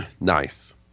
Nice